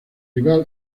rival